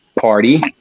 party